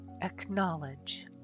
Acknowledge